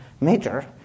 Major